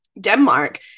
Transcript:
Denmark